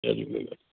Jay Jhulelal